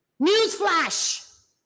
Newsflash